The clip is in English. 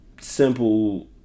simple